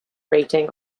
rating